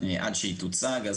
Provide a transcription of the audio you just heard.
עד שהיא תוצג,